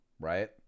right